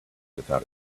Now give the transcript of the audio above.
without